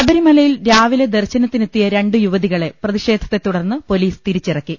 ശബരിമലയിൽ രാവിലെ ദർശനത്തിനെത്തിയ രണ്ട് യുവതി കളെ പ്രതിഷേധത്തെ തുടർന്ന് പൊലീസ് തിരിച്ചിറക്കി